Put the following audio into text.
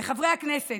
לחברי הכנסת.